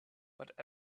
but